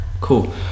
cool